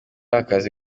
akazi